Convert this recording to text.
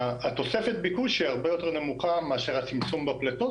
תוספת הביקוש היא הרבה יותר נמוכה מאשר הצמצום בפליטות